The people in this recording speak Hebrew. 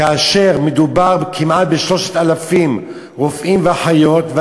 כאשר מדובר ב-3,000 רופאים ואחיות כמעט,